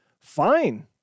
fine